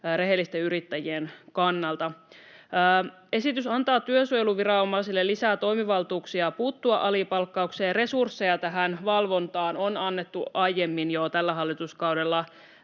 rehellisten yrittäjien kannalta. Esitys antaa työsuojeluviranomaisille lisää toimivaltuuksia puuttua alipalkkaukseen, ja resursseja tähän valvontaan on annettu jo aiemmin tällä hallituskaudella